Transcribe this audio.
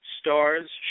stars